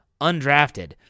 undrafted